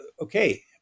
okay